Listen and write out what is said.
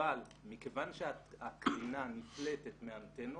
אבל מכיוון שהקרינה נקלטת מהאנטנות,